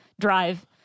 drive